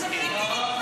תודה רבה.